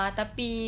tapi